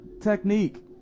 Technique